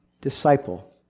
disciple